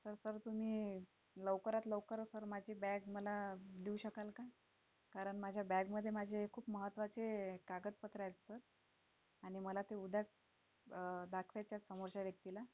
तर सर तुम्ही लवकरात लवकर सर माझी बॅग मला देऊ शकाल का कारण माझ्या बॅगमध्ये माझे खूप महत्त्वाचे कागदपत्रं आहेत सर आणि मला ते उद्याच दाखवायचे आहेत समोरच्या व्यक्तीला